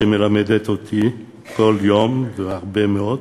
שמלמדת אותי כל יום הרבה מאוד,